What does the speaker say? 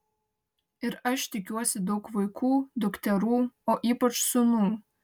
ir aš tikiuosi daug vaikų dukterų o ypač sūnų